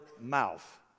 mouth